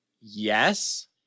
yes